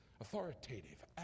authoritative